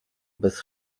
bez